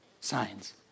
signs